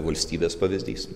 valstybės pavyzdys